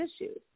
issues